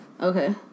Okay